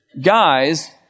guys